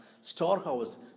storehouse